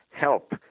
help